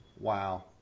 Wow